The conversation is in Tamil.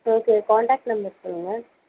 ஓகே கான்டெக்ட் நம்பர் சொல்லுங்கள்